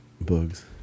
Bugs